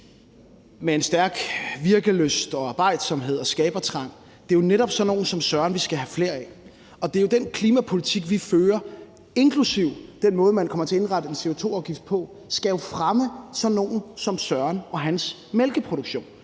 har en stærk virkelyst, arbejdsomhed og skabertrang. Det er jo netop sådan nogle som Søren, vi skal have flere af. Den klimapolitik, vi fører, inklusive den måde, man kommer til at indrette en CO2-afgift på, skal jo fremme sådan nogle som Søren og hans mælkeproduktion.